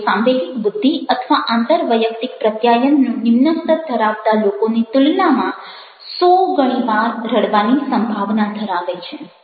તેઓ સાંવેગિક બુદ્ધિ અથવા આંતરવૈયક્તિક પ્રત્યાયનનું નિમ્ન સ્તર ધરાવતા લોકોની તુલનામાં100 ગણીવાર રડવાની સંભાવના ધરાવે છે